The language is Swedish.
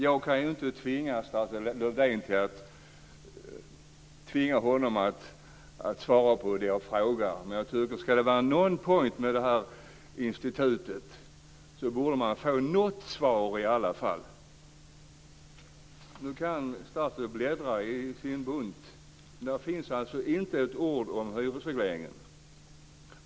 Jag kan ju inte tvinga statsrådet Lövdén att svara på det som jag frågar om, men ska det vara någon poäng med det här institutet borde man få något svar i alla fall. Nu kan statsrådet bläddra i sin pappersbunt, men det finns alltså inte ett ord om hyresregleringen.